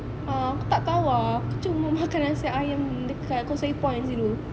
ah aku tak tahu ah aku cuma makan nasi ayam dekat causeway point situ